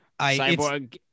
Cyborg